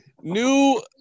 new